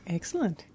Excellent